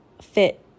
fit